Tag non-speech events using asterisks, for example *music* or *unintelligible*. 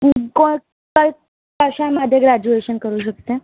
*unintelligible* कशामध्ये ग्रॅज्युएशन करू शकते